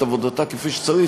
את עבודתה כפי שצריך,